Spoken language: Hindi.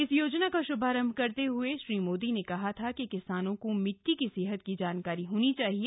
इस योजना का शुभारंभ करते हुए श्री मोदी ने कहा था कि किसानों को मिट्टी की सेहत की जानकारी होनी चाहिए